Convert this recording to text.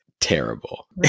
terrible